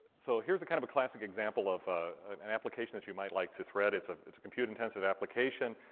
so here's a kind of classic example of ah an an application that you might like to thread. it's ah it's a compute-intensive application.